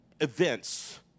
events